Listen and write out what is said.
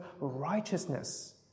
righteousness